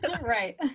Right